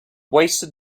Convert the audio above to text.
wasted